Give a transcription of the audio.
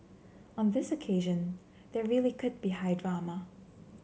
on this occasion there really could be high drama